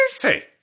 Hey